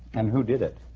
and who did it?